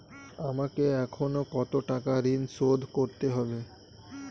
আমাকে এখনো কত টাকা ঋণ শোধ করতে হবে?